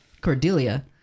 Cordelia